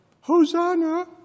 Hosanna